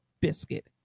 biscuit